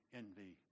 envy